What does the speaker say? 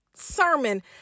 sermon